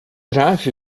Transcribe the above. drive